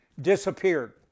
disappeared